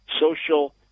social